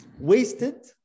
Wasted